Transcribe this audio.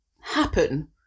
happen